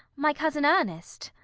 my cousin ernest,